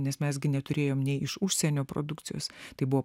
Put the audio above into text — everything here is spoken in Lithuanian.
nes mes gi neturėjom nei iš užsienio produkcijos tai buvo